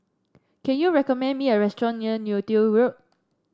can you recommend me a restaurant near Neo Tiew Road